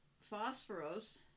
Phosphorus